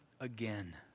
again